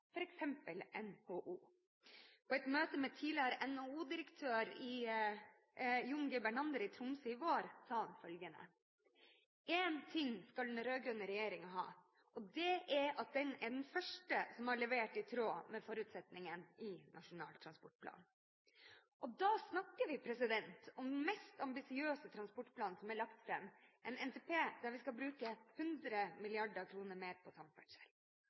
f.eks. NHO. På et møte med tidligere NHO-direktør, John G. Bernander, i Tromsø i vår sa han følgende: «Én ting skal den rødgrønne regjeringen ha, og det er at den er den første som har levert i tråd med forutsetningen i Nasjonal transportplan.» Da snakker vi om den mest ambisiøse transportplanen som er lagt fram – en NTP der vi skal bruke 100 mrd. kr mer på samferdsel.